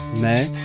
may